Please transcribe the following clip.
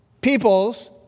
peoples